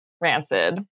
rancid